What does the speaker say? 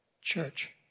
Church